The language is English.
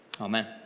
Amen